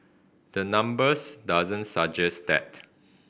the numbers doesn't suggest that